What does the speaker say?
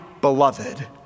beloved